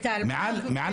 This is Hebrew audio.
מעל